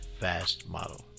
fastmodel